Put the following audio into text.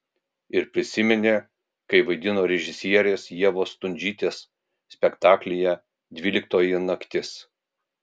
ir prisiminė kai vaidino režisierės ievos stundžytės spektaklyje dvyliktoji naktis